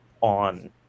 on